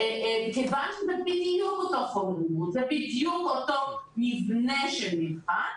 כיוון שזה בדיוק אותו חומר לימוד ובדיוק אותו מבנה של מבחן,